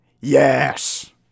Yes